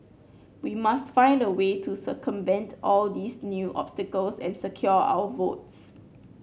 we must find a way to circumvent all these new obstacles and secure our votes